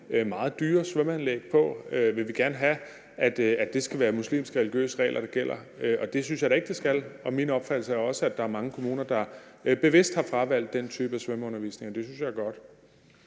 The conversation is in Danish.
meget dyre svømmeanlæg på. Vil vi gerne have, at det skal være muslimske religiøse regler, der gælder? Det synes jeg da ikke at det skal. Min opfattelse er også, at der er mange kommuner, der bevidst har fravalgt den type svømmeundervisning. Det synes jeg er godt.